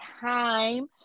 time